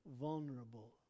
vulnerable